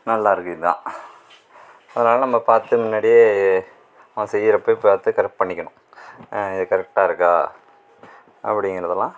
நல்லா இருக்குது இதுதான் அதனால் நம்ம பார்த்து முன்னாடியே செய்கிறப்ப பார்த்து கரெக்ட் பண்ணிக்கணும் கரெக்டாக இருக்கா அப்படிங்கறதெல்லாம்